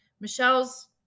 Michelle's